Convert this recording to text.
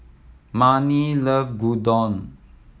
Mannie love Gyudon